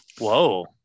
Whoa